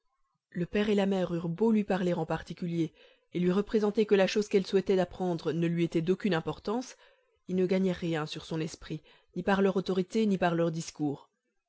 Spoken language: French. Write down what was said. le père et la mère eurent beau lui parler en particulier et lui représenter que la chose qu'elle souhaitait d'apprendre ne lui était d'aucune importance ils ne gagnèrent rien sur son esprit ni par leur autorité ni par leurs discours